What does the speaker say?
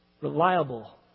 Reliable